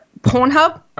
Pornhub